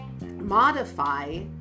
modify